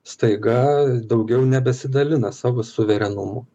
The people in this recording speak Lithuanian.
staiga daugiau nebesidalina savo suverenumu